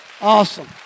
Awesome